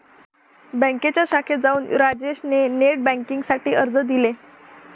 बँकेच्या शाखेत जाऊन राजेश ने नेट बेन्किंग साठी अर्ज दिले